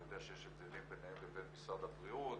אני יודע שיש את זה ביניהם לבין משרד הבריאות,